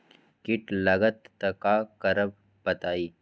कीट लगत त क करब बताई?